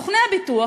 סוכני הביטוח,